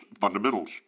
fundamentals